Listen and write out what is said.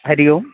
हरिः ओं